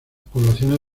poblaciones